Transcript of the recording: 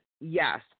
Yes